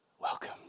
Welcome